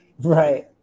right